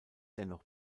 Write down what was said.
dennoch